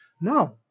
No